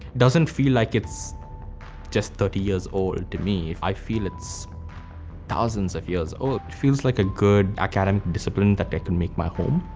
doesn't feel like it's just thirty years old to me, i feel it's thousands of years old. it feels like a good academic discipline that i can make my home.